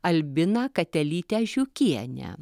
albiną katelytę žiukienę